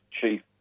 Chief